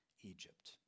Egypt